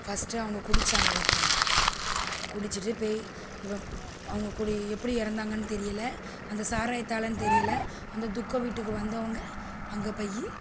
first அவங்க குடிச்சாங்க ஒருத்தவங்க குடிச்சிட்டு போயி இவன் அவங்க குடி எப்படி இறந்தாங்கன்னு தெரியலை அந்த சாராயத்தாலன்னு தெரியலை அந்த துக்க வீட்டுக்கு வந்தவங்க அந்த போயி